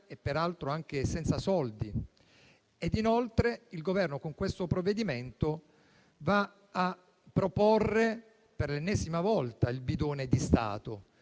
è peraltro anche senza soldi. Inoltre il Governo con questo provvedimento va a proporre per l'ennesima volta il bidone di Stato,